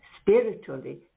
spiritually